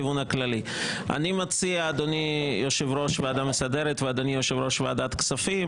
אני מציע אדוני יושב ראש הוועדה המסדרת ואדוני יושב ראש ועדת הכספים,